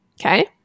Okay